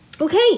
Okay